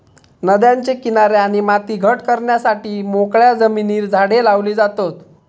नद्यांचे किनारे आणि माती घट करण्यासाठी मोकळ्या जमिनीर झाडे लावली जातत